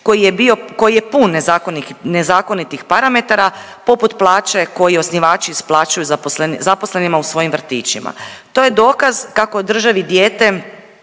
koji je pun nezakonitih parametara poput plaće koju osnivači ostvaruju zaposlenima u svojim vrtićima. To je dokaz kako je državi dijete